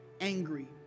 angry